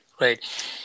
Right